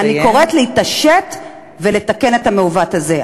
אני קוראת להתעשת ולתקן את המעוות הזה.